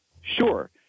Sure